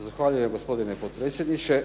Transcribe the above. Zahvaljujem gospodine potpredsjedniče.